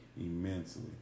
immensely